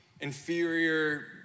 inferior